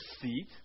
seat